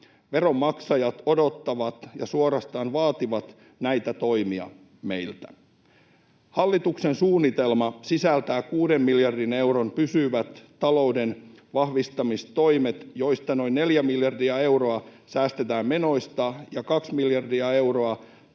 Veronmaksajat odottavat ja suorastaan vaativat näitä toimia meiltä. Hallituksen suunnitelma sisältää kuuden miljardin euron pysyvät talouden vahvistamistoimet, joista noin neljä miljardia euroa säästetään menoista ja kaksi miljardia euroa